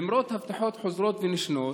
למרות הבטחות חוזרות ונשנות,